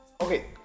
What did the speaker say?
Okay